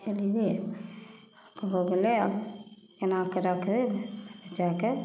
हो गेलै आब केना कऽ राखब बचाके